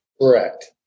Correct